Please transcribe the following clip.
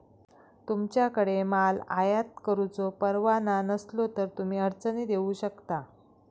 तुमच्याकडे माल आयात करुचो परवाना नसलो तर तुम्ही अडचणीत येऊ शकता